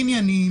ענייני,